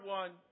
one